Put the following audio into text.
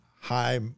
high